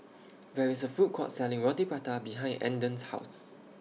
There IS A Food Court Selling Roti Prata behind Andon's House